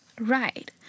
Right